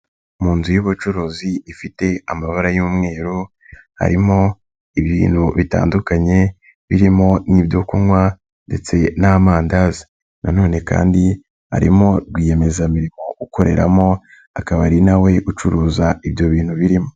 Mu nzu y'ubucuruzi ifite amabara y'umweru, harimo ibintu bitandukanye, birimo n'ibyo kunywa ndetse n'amandazi. Na none kandi harimo rwiyemezamirimo ukoreramo, akaba ari na we ucuruza ibyo bintu birimo.